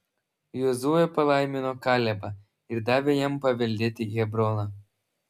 jozuė palaimino kalebą ir davė jam paveldėti hebroną